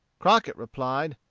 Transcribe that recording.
crockett replied,